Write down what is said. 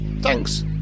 thanks